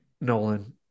Nolan